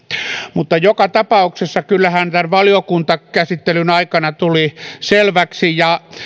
mutta kyllähän joka tapauksessa tämän valiokuntakäsittelyn aikana tuli selväksi ja